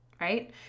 right